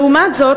לעומת זאת,